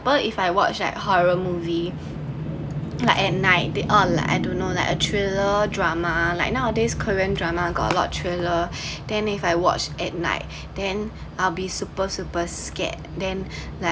if I watch at horror movie like at night they are like I don’t know that a trailer drama like nowadays korean drama got a lot trailer then if I watch at night then I'll be super super scared then like